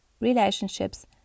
relationships